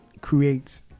creates